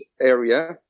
area